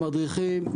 עם מדריכים,